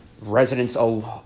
residents